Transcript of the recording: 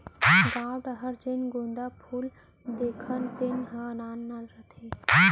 गॉंव डहर जेन गोंदा फूल देखथन तेन ह नान नान रथे